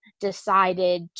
decided